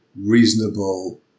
reasonable